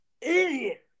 Idiot